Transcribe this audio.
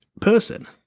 person